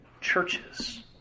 churches